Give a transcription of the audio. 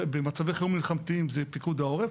במצבי חירום מלחמתיים זה פיקוד העורף.